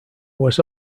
was